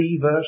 verse